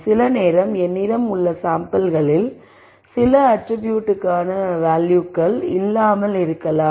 சில நேரம் என்னிடம் உள்ள சாம்பிள்களில் சில அட்ரிபியூட்க்கான வேல்யூக்கள் இல்லாமல் இருக்கலாம்